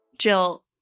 Jill